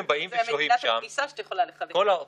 ישיב השר להשכלה גבוהה ומשלימה חבר הכנסת זאב